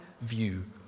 view